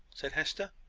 said hester.